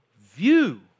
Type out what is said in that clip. view